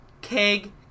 keg